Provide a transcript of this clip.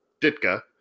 Ditka